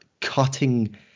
cutting